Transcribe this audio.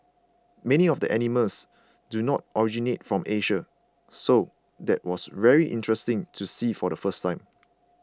many of the animals do not originate from Asia so that was very interesting to see for the first time